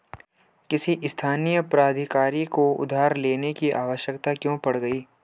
किसी स्थानीय प्राधिकारी को उधार लेने की आवश्यकता क्यों पड़ गई?